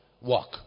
Walk